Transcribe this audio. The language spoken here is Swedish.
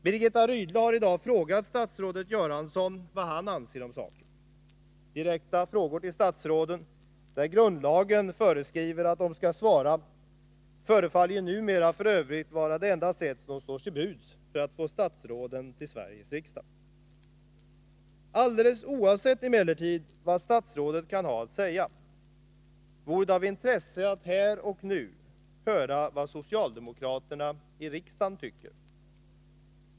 Birgitta Rydle har i dag frågat statsrådet Bengt Göransson vad han anser om saken. Direkta frågor till statsråden, som grundlagen föreskriver dem att besvara, förefaller numera f. ö. vara det enda sätt som står till buds för att få statsråden till Sveriges riksdag. Alldeles oavsett vad statsrådet kan ha att säga vore det emellertid av intresse att här och nu höra vad socialdemokraterna i riksdagen tycker.